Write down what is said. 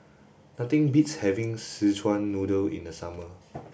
nothing beats having Szechuan noodle in the summer